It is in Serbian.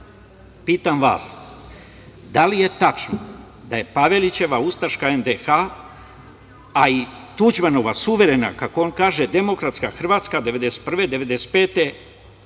pitam vas – da li je tačno da je Pavelićeva ustaška NDH, a i Tuđmanova suverena, kako on kaže, demokratska Hrvatska od 1991. do 1995.